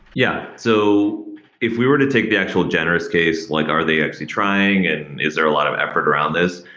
yeah. so if we were to take the actual generous case, like are they actually trying and is there a lot of effort around this?